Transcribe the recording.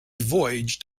voyaged